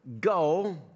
go